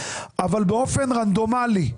אבל באופן רנדומלי.